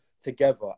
together